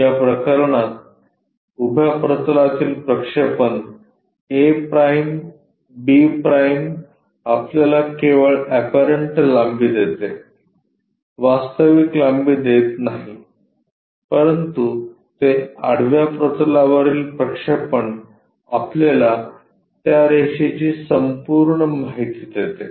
त्या प्रकरणात उभ्या प्रतलातील प्रक्षेपण a'b' आपल्याला केवळ एपरंट लांबी देते वास्तविक लांबी देत नाही परंतु ते आडव्या प्रतलावरील प्रक्षेपण आपल्याला त्या रेषेची संपूर्ण माहिती देते